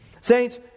Saints